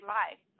life